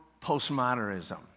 postmodernism